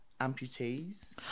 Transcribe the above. amputees